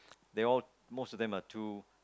they all most of them are too